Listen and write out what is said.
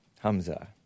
Hamza